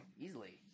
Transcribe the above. Easily